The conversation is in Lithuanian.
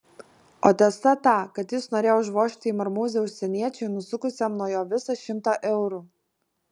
o tiesa ta kad jis norėjo užvožti į marmūzę užsieniečiui nusukusiam nuo jo visą šimtą eurų